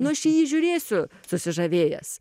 nu aš į jį žiūrėsiu susižavėjęs